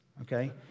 okay